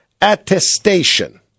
attestation